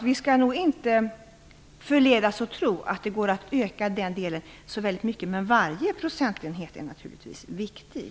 Vi skall inte förledas att tro att det går att öka den delen så mycket. Men varje procentenhet är naturligtvis viktig.